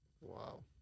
Wow